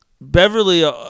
Beverly